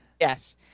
Yes